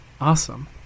awesome